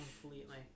Completely